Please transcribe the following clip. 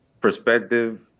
perspective